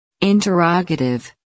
Interrogative